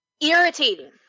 irritating